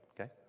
okay